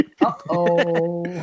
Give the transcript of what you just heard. Uh-oh